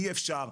אי אפשר,